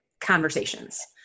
conversations